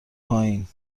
پایین